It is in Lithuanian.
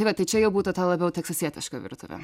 tai va tai čia jau būtų ta labiau teksasietiška virtuvė